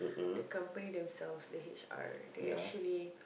the company themselves the H_R they actually